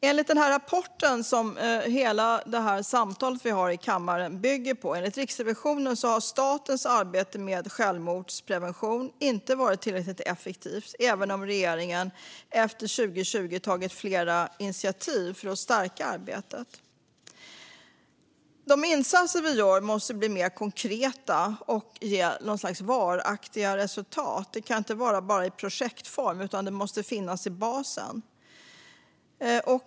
Enligt Riksrevisionens rapport, som vårt samtal här i kammaren i dag bygger på, har statens arbete med suicidprevention inte varit tillräckligt effektivt, även om regeringen efter 2020 har tagit flera initiativ för att stärka arbetet. De insatser vi gör måste bli mer konkreta och ge varaktiga resultat. Det räcker inte bara med att detta finns i projektform, utan det måste finnas i basen.